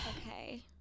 Okay